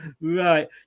right